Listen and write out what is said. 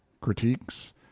critiques